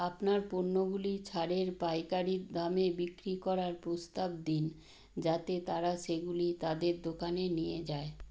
আপনার পণ্যগুলি ছাড়ের পাইকারি দামে বিক্রি করার প্রস্তাব দিন যাতে তারা সেগুলি তাদের দোকানে নিয়ে যায়